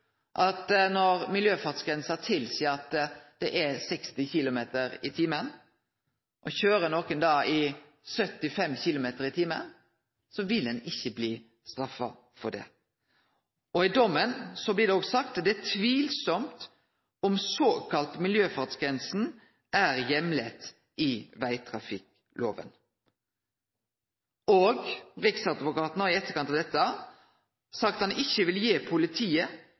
fartsgrensa. Når miljøfartsgrensa tilseier 60 km/t og ein køyrer i 75 km/t, vil ein altså ikkje bli straffa for det. I dommen blir det òg sagt at det er «tvilsomt om såkalt miljøfartsgrense er hjemlet i veitrafikkloven». Riksadvokaten har i etterkant av dette sagt at han ikkje vil gi politiet